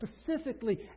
specifically